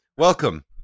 Welcome